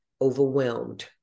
overwhelmed